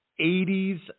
80s